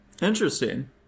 interesting